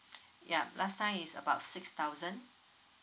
ya last time is about six thousand